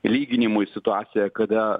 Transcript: lyginimui situaciją kada